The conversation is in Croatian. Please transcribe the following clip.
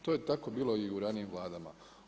To je tako bilo i u ranijim vladama.